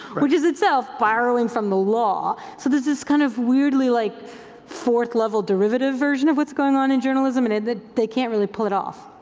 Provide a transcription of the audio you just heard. which is itself borrowing from the law. so this is kind of weirdly like fourth-level derivative version of what's going on in journalism and that they can't really pull it off.